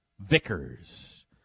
vickers